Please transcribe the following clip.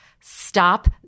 Stop